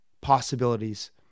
possibilities